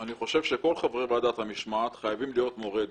אני חושב שכל חברי ועדת המשמעת חייבים להיות מורי דרך.